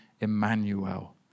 Emmanuel